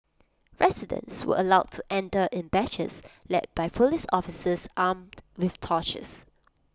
residents were allowed to enter in batches led by Police officers armed with torches